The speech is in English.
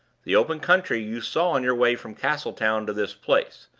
the open country you saw on your way from castletown to this place.